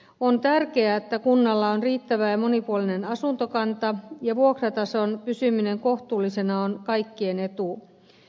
on tärkeää että kunnalla on riittävä ja monipuolinen asuntokanta ja vuokratason pysyminen kohtuullisena on kaikkien etu